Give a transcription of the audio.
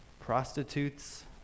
Prostitutes